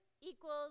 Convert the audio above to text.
equals